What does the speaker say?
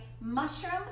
mushroom